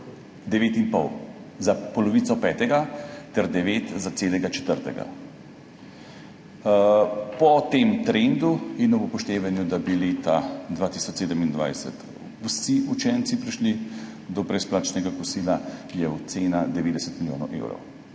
9,5 za polovico petega ter 9 milijonov evrov za celotnega četrtega. Po tem trendu in ob upoštevanju, da bi leta 2027 vsi učenci prišli do brezplačnega kosila, je ocena 90 milijonov evrov.